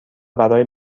برای